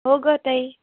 हो गं ताई